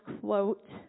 quote